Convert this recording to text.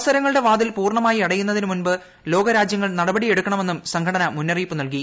അവസരങ്ങളുടെ വാതിൽ പൂർണമായി അടയുന്നതിനുമുമ്പ് ലോകരാജൃങ്ങൾ നടപടിയെടുക്കണമെന്നും സംഘടന മുന്നറിയിപ്പു നൽകി